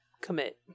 commit